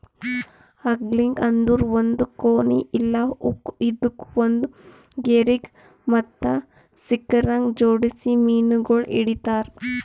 angling ಅಂದುರ್ ಒಂದ್ ಕೋನಿ ಇಲ್ಲಾ ಹುಕ್ ಇದುಕ್ ಒಂದ್ ಗೆರಿಗ್ ಮತ್ತ ಸಿಂಕರಗ್ ಜೋಡಿಸಿ ಮೀನಗೊಳ್ ಹಿಡಿತಾರ್